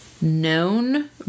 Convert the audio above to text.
known